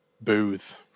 booth